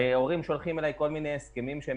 הורים שולחים אלי כל מיני הסכמים שהם